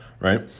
right